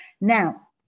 Now